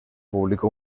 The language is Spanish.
publicó